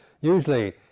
Usually